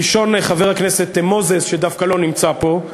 ראשון, חבר הכנסת מוזס, שדווקא לא נמצא פה,